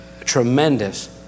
tremendous